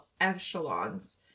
echelons